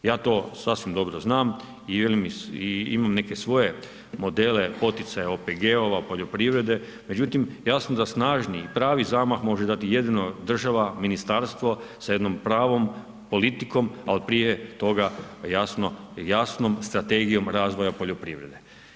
Ja to sasvim dobro znam i velim, imam neke svoje modele poticaja OPG-ova, poljoprivrede, međutim jasno da snažni i pravi zamah može dati jedino država, ministarstvo sa jednom pravom politikom, ali prije toga, jasnom strategijom razvoja poljoprivrede.